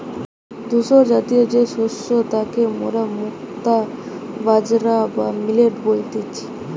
ধূসরজাতীয় যে শস্য তাকে মোরা মুক্তা বাজরা বা মিলেট বলতেছি